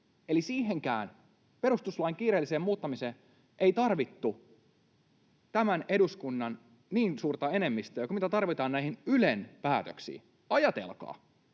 Eli siihenkään, perustuslain kiireelliseen muuttamiseen, ei tarvittu tämän eduskunnan niin suurta enemmistöä kuin mitä tarvitaan näihin Ylen päätöksiin — ajatelkaa.